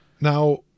Now